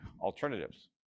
alternatives